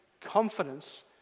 confidence